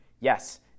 yes